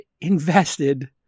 invested